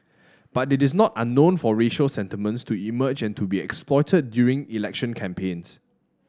but it is not unknown for racial sentiments to emerge and to be exploited during election campaigns